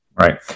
Right